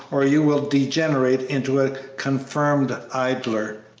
or you will degenerate into a confirmed idler.